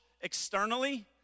externally